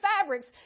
fabrics